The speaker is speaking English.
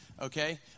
Okay